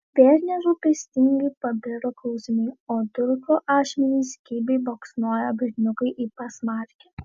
vėl nerūpestingai pabiro klausimai o durklo ašmenys kibiai baksnojo berniukui į pasmakrę